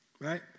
right